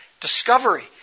Discovery